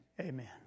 amen